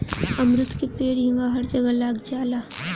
अमरूद के पेड़ इहवां हर जगह लाग जाला